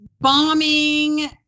bombing